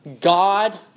God